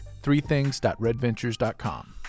threethings.redventures.com